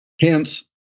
Hence